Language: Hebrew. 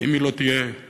אם היא לא תהיה מועילה,